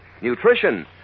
Nutrition